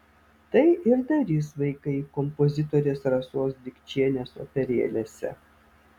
tai ir darys vaikai kompozitorės rasos dikčienės operėlėse